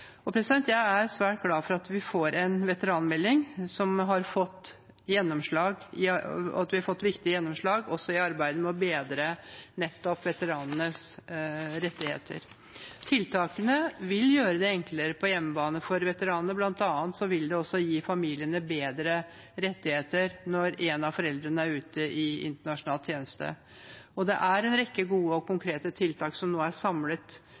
Jeg er svært glad for at vi får en veteranmelding, og at vi har fått viktige gjennomslag også i arbeidet med å bedre nettopp veteranenes rettigheter. Tiltakene vil gjøre det enklere på hjemmebane for veteranene, bl.a. vil de gi familiene bedre rettigheter når en av foreldrene er ute i internasjonal tjeneste. Det er en rekke gode og konkrete tiltak som nå er samlet